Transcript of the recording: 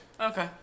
Okay